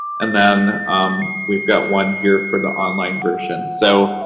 and then we've got one here for the online version. so,